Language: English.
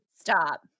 Stop